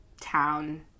town